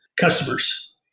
customers